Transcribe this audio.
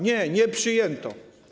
Nie, nie przyjęto.